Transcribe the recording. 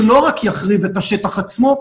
שלא רק יחריב את השטח עצמו,